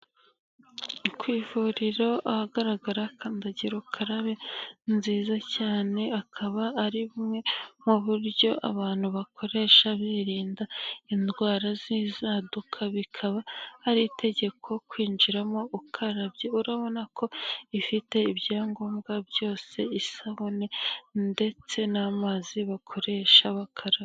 Ku ivuriro ahagaragara kandagirakararabe nziza cyane akaba ari bumwe mu buryo abantu bakoresha birinda indwara z'inzaduka, bikaba ari itegeko kwinjiramo ukarabye, urabona ko ifite ibyangombwa byose, isabune ndetse n'amazi bakoresha bakaraba.